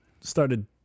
started